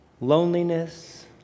Loneliness